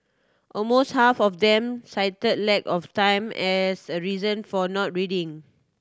almost half of them cited lack of time as a reason for not reading